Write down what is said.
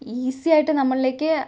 ഈസിയായിട്ട് നമ്മളിലേക്ക്